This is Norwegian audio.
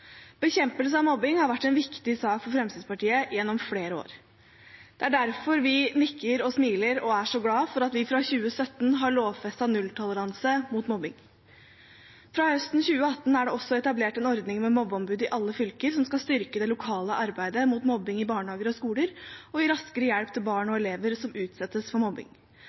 Bekjempelse av mobbing har vært en viktig sak for Fremskrittspartiet gjennom flere år. Det er derfor vi nikker og smiler og er så glad for at vi fra 2017 har lovfestet nulltoleranse mot mobbing. Fra høsten 2018 er det også etablert en ordning med mobbeombud i alle fylker, som skal styrke det lokale arbeidet mot mobbing i barnehager og skoler og gi raskere hjelp til barn og elever som utsettes for mobbing.